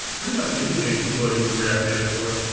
pretty much anything people are using react native for.